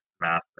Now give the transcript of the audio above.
math